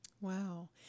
Wow